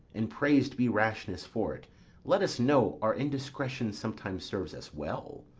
and prais'd be rashness for it let us know, our indiscretion sometime serves us well,